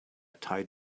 tied